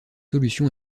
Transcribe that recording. solution